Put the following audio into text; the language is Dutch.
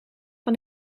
van